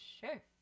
Sure